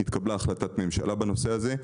התקבלה החלטת ממשלה בנושא הזה.